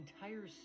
entire